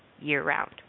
year-round